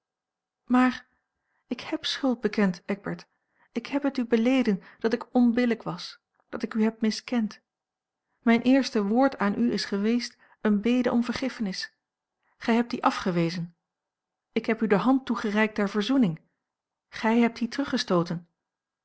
maar ik heb schuld bekend eckbert ik heb het u beleden dat ik onbillijk was dat ik u heb miskend mijn eerste woord aan u is geweest eene bede om vergiffenis gij hebt die afgewezen ik heb u de hand toegereikt ter verzoening gij hebt die